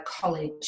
college